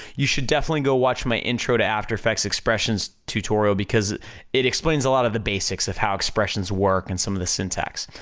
you should definitely go watch my intro to after effects expressions tutorial because it explains a lot of the basics of how expressions work, and some of the syntax.